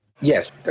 Yes